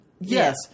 Yes